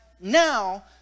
now